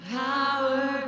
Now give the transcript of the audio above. power